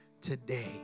today